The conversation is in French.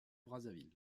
brazzaville